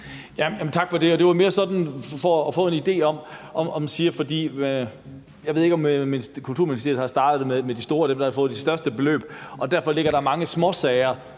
Tak for det. Det var mere sådan for at få en idé om det, for jeg ved ikke, om Kulturministeriet har startet med de store – dem, der har fået de største beløb – og der derfor ligger mange småsager